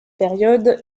période